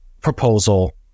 proposal